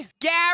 Gary